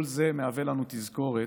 כל זה מהווה לנו תזכורת